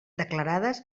declarades